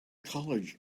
college